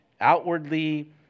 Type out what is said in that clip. outwardly